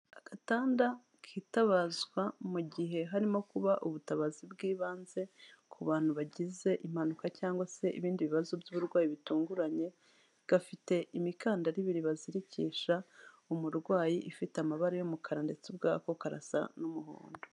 Agatanda kitabazwa mu gihe harimo kuba ubutabazi bw'ibanze ku bantu bagize impanuka cyangwa se ibindi bibazo by'uburwayi bitunguranye, gafite imikandara ibiri bazirikisha umurwayi, ifite amabara y'umukara ndetse ubwako karasa n'umuhondo.